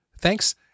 Thanks